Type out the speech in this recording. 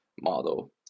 model